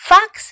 Fox